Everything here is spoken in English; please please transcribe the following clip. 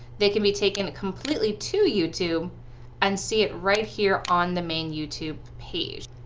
they can be taken completely to youtube and see it right here on the main youtube page.